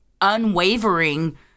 unwavering